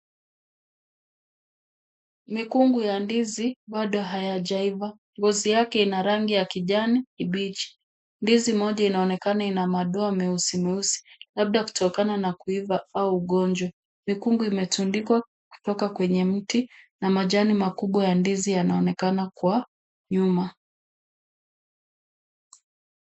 Mikungu ya ndizi bado hayajaiva, ngozi yake ina rangi ya kijani kibichi. Ndizi moja inaonekana ina madoa meusi meusi labda kutokana na kuiva au ugonjwa. Mikungu imetundikwa kutoka kwenye mti na majani makubwa ya ndizi yanaonekana kwa nyuma.